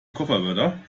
kofferwörter